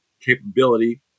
capability